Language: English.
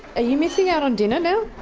ah you missing out on dinner now?